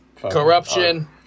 Corruption